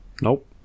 Nope